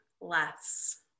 less